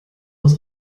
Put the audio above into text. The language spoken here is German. was